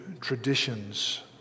traditions